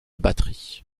batterie